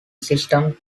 system